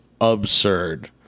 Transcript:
absurd